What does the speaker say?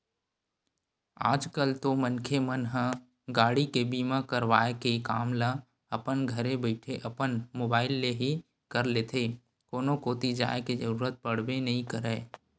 आज कल तो मनखे मन ह गाड़ी के बीमा करवाय के काम ल अपन घरे बइठे अपन मुबाइल ले ही कर लेथे कोनो कोती जाय के जरुरत पड़बे नइ करय